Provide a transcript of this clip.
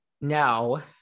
No